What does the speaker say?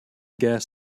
gas